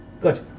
Good